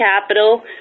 capital